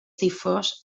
difós